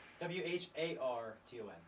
W-H-A-R-T-O-N